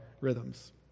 rhythms